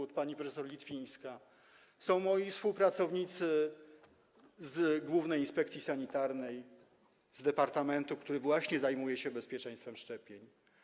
Jest pani prof. Litwińska, są moi współpracownicy z Głównej Inspekcji Sanitarnej, z departamentu, który zajmuje się bezpieczeństwem szczepień.